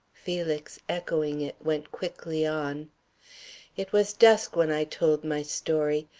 felix, echoing it, went quickly on it was dusk when i told my story,